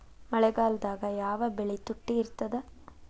ಮಳೆಗಾಲದಾಗ ಯಾವ ಬೆಳಿ ತುಟ್ಟಿ ಇರ್ತದ?